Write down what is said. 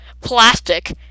plastic